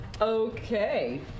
Okay